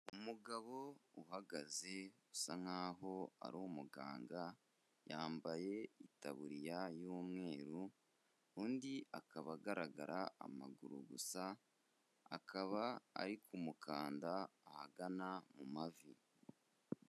Umugabo uhagaze usa nkaho ari umuganga, yambaye itaburiya y'umweru, undi akaba agaragara amaguru gusa, akaba ari kumukanda ahagana mu mavi.